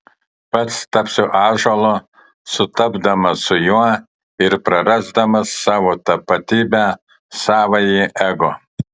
pats tapsiu ąžuolu sutapdamas su juo ir prarasdamas savo tapatybę savąjį ego